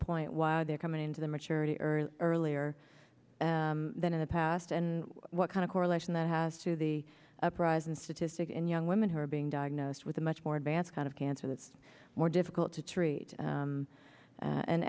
point why they're coming to the maturity early earlier than in the past and what kind of correlation that has to the uprising statistic in young women who are being diagnosed with a much more advanced kind of cancer that's more difficult to treat